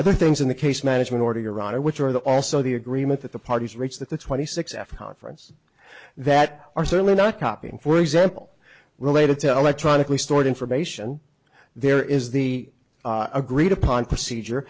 other things in the case management order your honor which are the also the agreement that the parties reach that the twenty six after conference that are certainly not copying for example related to electronically stored information there is the agreed upon procedure